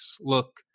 look